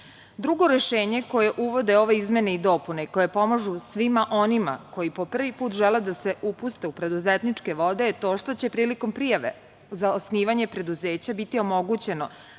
formi. Drugo rešenje koje uvode ove izmene i dopune koje pomažu svima onima koji po prvi put žele da se upuste u preduzetničke vode je to što će prilikom prijave za osnivanje preduzeća biti omogućeno